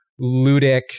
ludic